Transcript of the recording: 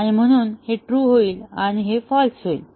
आणि म्हणून हे ट्रू होईल आणि हे फाँल्स होईल